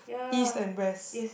east and west